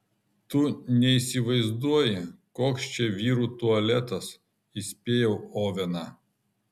tu neįsivaizduoji koks čia vyrų tualetas įspėjau oveną